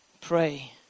Pray